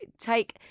take